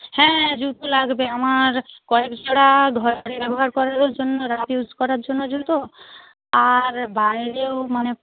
হ্যাঁ হ্যাঁ জুতো লাগবে আমার কয়েক জোড়া ঘরে ব্যবহার করার জন্য রাফ ইউজ করার জন্য জুতো আর বাইরেও মানে